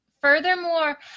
Furthermore